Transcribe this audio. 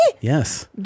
Yes